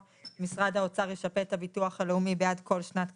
משרד האוצר ישפה את הביטוח הלאומי בעד כל שנת כספים,